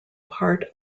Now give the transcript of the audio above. part